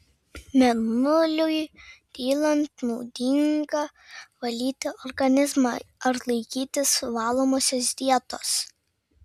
mėnuliui dylant naudinga valyti organizmą ar laikytis valomosios dietos